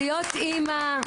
להיות אמא,